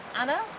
Anna